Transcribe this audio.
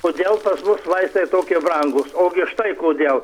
kodėl pas mus vaistai tokie brangūs ogi štai kodėl